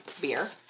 beer